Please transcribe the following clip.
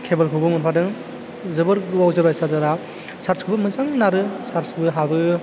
केबोलखौबो मोनफादों जोबोर गोबाव जोरबाय चार्जारा चार्जाखौबो मोजां नारो चार्जाबो हाबो